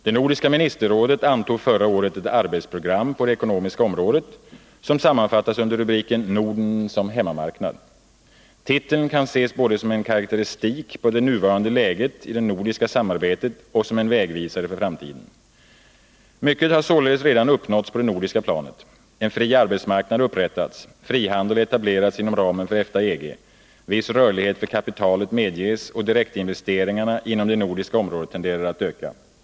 Det nordiska ministerrådet antog förra året ett arbetsprogram på det ekonomiska området som sammanfattas under rubriken Norden som hemmamarknad. Titeln kan ses både som en karakteristik på det nuvarande läget i det nordiska samarbetet och som en vägvisare för framtiden. Mycket har således redan uppnåtts på det nordiska planet. En fri arbetsmarknad har upprättats. Frihandel har etablerats inom ramen för EFTA-EG. Viss rörlighet för kapitalet medges, och direktinvesteringarna inom det nordiska området tenderar att öka.